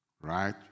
right